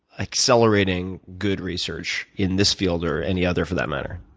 accelerating good research in this field or any other, for that matter?